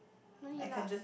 no need lah